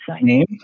name